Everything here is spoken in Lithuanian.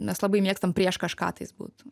mes labai mėgstam prieš kažką tais būt